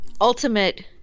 ultimate